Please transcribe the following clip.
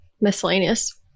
Miscellaneous